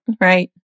Right